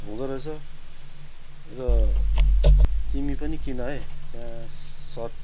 हुँदोरहेछ र तिमी पनि किन है त्यहाँ सर्ट